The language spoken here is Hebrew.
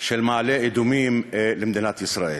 של מדינת ישראל